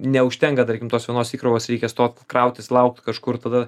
neužtenka tarkim tos vienos įkrovos reikia stot krautis laukt kažkur tada